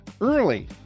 early